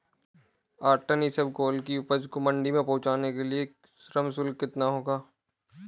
आठ टन इसबगोल की उपज को मंडी पहुंचाने के लिए श्रम शुल्क कितना होगा?